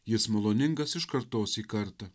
jis maloningas iš kartos į kartą